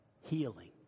healing